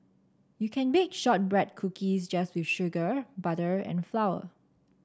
you can bake shortbread cookies just with sugar butter and flour